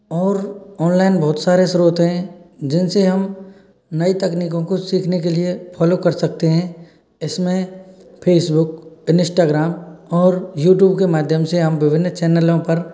और ऑनलाइन बहुत सारे स्रोत हैं जिनसे हम नई तकनीकों को सीखने के लिए फ़ॉलो कर सकते हैं इसमें फेसबुक इनिस्टाग्राम और यूटूब के माध्यम से हम विभिन्न चैनलों पर